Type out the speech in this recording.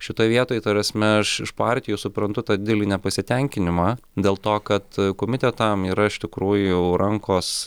šitoj vietoj ta prasme aš iš partijų suprantu tą didelį nepasitenkinimą dėl to kad komitetam yra iš tikrųjų rankos